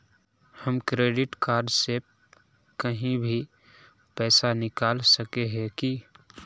हम credit card से कहीं भी पैसा निकल सके हिये की?